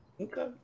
okay